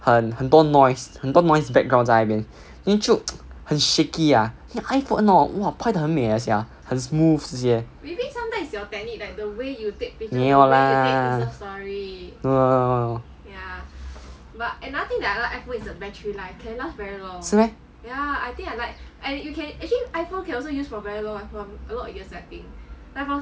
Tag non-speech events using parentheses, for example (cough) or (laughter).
很很多 noise 很多 noise background 在那边 then 就 (noise) 很 shaky ah then iphone hor !wah! 拍到很美的 sia 很 smooth 这些没有 lah no 是 meh